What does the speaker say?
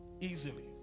easily